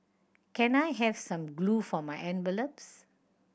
can I have some glue for my envelopes